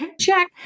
Check